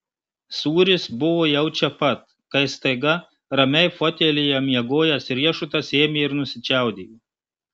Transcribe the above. sūris buvo jau čia pat kai staiga ramiai fotelyje miegojęs riešutas ėmė ir nusičiaudėjo